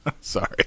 Sorry